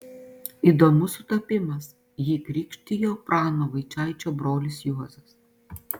įdomus sutapimas jį krikštijo prano vaičaičio brolis juozas